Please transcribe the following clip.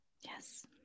yes